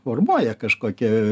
formuoja kažkokią